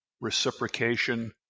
reciprocation